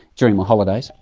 during my holidays.